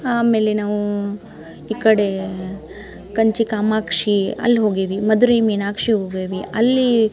ಆಮೇಲೆ ನಾವು ಈ ಕಡೆ ಕಂಚಿ ಕಾಮಾಕ್ಷೀ ಅಲ್ಲಿ ಹೋಗೀವಿ ಮಧುರೈ ಮೀನಾಕ್ಷೀ ಹೋಗೇವಿ ಅಲ್ಲಿ